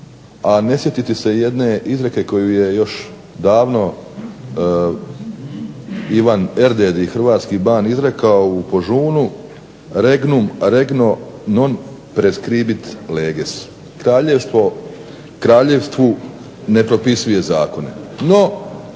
a ne sjetiti se jedne izreke koju je još davno Ivan Erdödy, hrvatski ban izrekao u Požunu: "regnum regno non praescribit leges", "kraljevstvo kraljevstvu ne propisuje zakone".